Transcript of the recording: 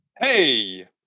Hey